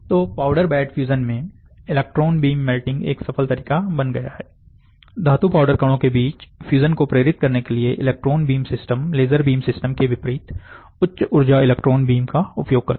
तो powder bed fusion में electron beam melting एक सफल तरीका बन गया है धातु पाउडर कणों के बीच फ्यूजन को प्रेरित करने के लिए electron beam system laser beam system के विपरीत उच्च ऊर्जा इलेक्ट्रॉन बीम का उपयोग करती है